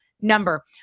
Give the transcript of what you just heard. number